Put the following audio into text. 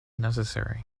necessary